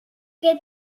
que